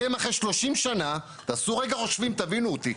אתם, אחרי 30 שנים, תעשו רגע חושבים ותבינו אותי.